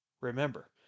Remember